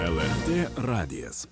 lrt radijas